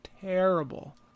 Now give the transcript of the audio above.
terrible